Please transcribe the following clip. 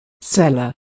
Seller